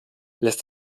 lässt